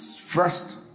First